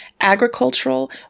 agricultural